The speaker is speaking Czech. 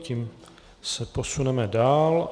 Tím se posuneme dál.